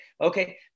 Okay